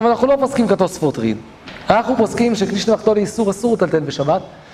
אנחנו לא פוסקים כתוספות ריד, אנחנו פוסקים שכלי שמלאכתו לאיסור אסור לטלטל בשבת